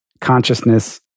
consciousness